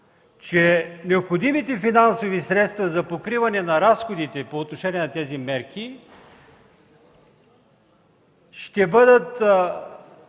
че необходимите финансови средства за покриване на разходите по отношение на тези мерки ще бъдат